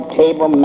table